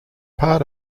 part